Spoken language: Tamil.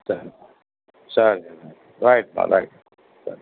சரி சரிங்கம்மா ரைட்மா ரைட் சரி